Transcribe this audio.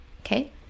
okay